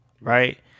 right